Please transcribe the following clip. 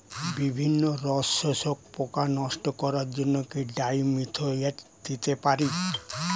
বিভিন্ন রস শোষক পোকা নষ্ট করার জন্য কি ডাইমিথোয়েট দিতে পারি?